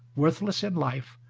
worthless in life,